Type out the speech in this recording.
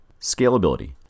Scalability